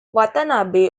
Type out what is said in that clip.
watanabe